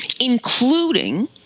including